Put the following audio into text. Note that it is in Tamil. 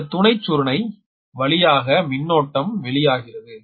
இந்த துணைச் சுருணை வழியாக மின்னோட்டம் வெளிவருகிறது